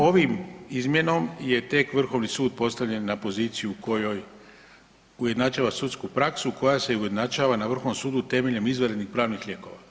Ovom izmjenom je tek Vrhovni sud postavljen na poziciju kojoj ujednačava sudsku praksu koja se ujednačava na Vrhovnom sudu temeljem izvanrednih pravnih lijekova.